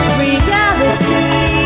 reality